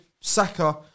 Saka